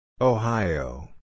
Ohio